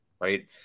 Right